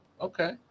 Okay